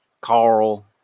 Carl